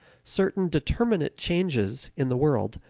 certain determinate changes, in the world,